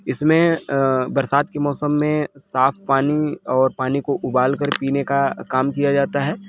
इसमें बरसात के मौसम में साफ पानी और पानी को उबालकर पीने का काम किया जाता है